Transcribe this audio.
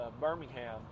Birmingham